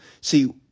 See